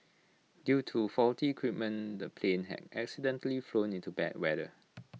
due to faulty equipment the plane had accidentally flown into bad weather